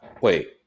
Wait